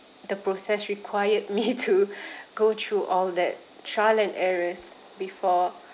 the process required me to go through all that trial and errors before